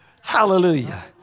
Hallelujah